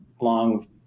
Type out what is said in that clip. long